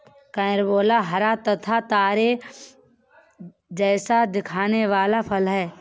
carambola हरा तथा तारे जैसा दिखने वाला फल है